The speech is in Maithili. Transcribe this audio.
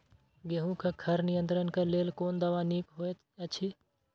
गेहूँ क खर नियंत्रण क लेल कोन दवा निक होयत अछि?